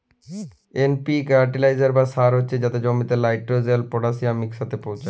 NPK fertiliser বা সার হছে যাতে জমিতে লাইটেরজেল, পটাশিয়াম ইকসাথে পৌঁছায়